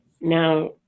now